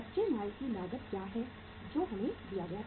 कच्चे माल की लागत क्या है जो हमें दिया गया था